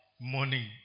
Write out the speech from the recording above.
morning